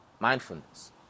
Mindfulness